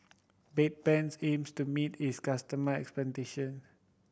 Bedpans aims to meet its customer expectation